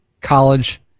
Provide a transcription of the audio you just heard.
college